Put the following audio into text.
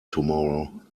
tomorrow